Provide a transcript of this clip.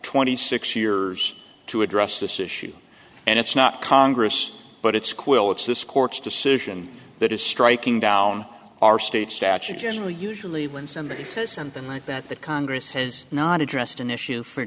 twenty six years to address this issue and it's not congress but it's quill it's this court's decision that is striking down our state statute generally usually when somebody says something like that that congress has not addressed an issue for